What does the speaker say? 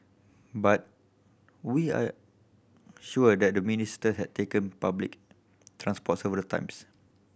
but we are sure that the Minister had taken public transport several times